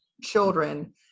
children